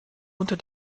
unter